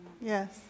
yes